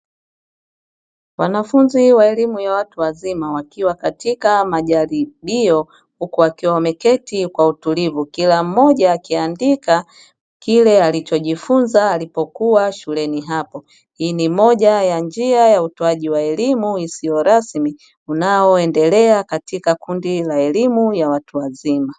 Wanafunzi wa elimu ya watu wazima wakiwa katika majaribio huku wakiwa wameketi kwa utulivu kila mmoja akiandika kile alichojifunza alipokua shuleni hapo, hii ni moja ya njia ya utoaji wa elimu isiyo rasmi unao endelea katika kundi la elimu ya watu wazima.